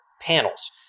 panels